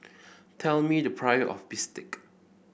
tell me the price of Bistake